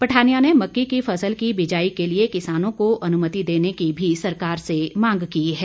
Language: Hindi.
पठानिया ने मक्की की फसल की बीजाई के लिए किसानों को अनुमति देने की भी सरकार से मांग की है